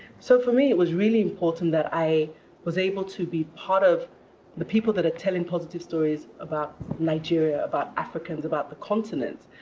so for me, it was really important that i was able to be part of the people that are telling positive stories about nigeria, about africans, about the continent.